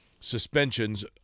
suspensions